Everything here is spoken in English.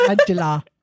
Angela